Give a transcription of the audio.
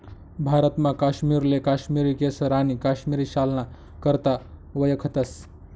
भारतमा काश्मीरले काश्मिरी केसर आणि काश्मिरी शालना करता वयखतस